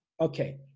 Okay